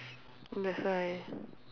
that's why